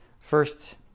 First